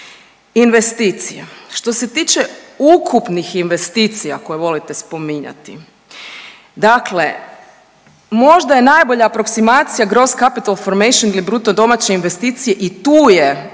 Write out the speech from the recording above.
Investicije, što se tiče ukupnih investicija koje volite spominjati, dakle možda je najbolja aproksimacija gross capital formation ili bruto domaće investicije i tu je